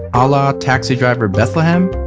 alaa taxi driver bethlehem?